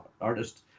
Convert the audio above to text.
artist